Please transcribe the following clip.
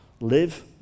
live